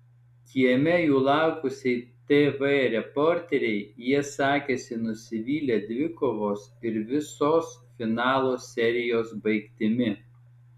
kieme jų laukusiai tv reporterei jie sakėsi nusivylę dvikovos ir visos finalo serijos baigtimi